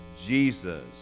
Jesus